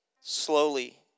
Slowly